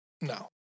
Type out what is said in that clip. No